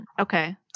Okay